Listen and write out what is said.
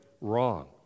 wrong